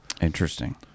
Interesting